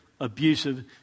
abusive